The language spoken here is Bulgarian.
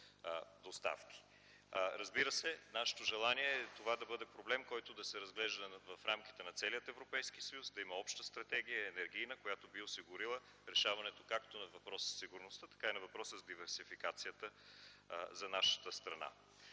доставки. Разбира се, нашето желание е това да бъде проблем, който да се разглежда в рамките на целия Европейския съюз, да има обща енергийна стратегия, която би осигурила решаването както на въпроса със сигурността, така и на въпроса с диверсификацията за нашата страна.